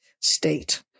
State